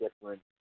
different